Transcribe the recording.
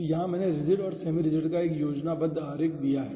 तो यहाँ मैंने रिजिड और सेमि रिजिड का 1 योजनाबद्ध आरेख दिया है